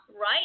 right